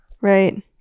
right